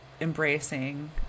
embracing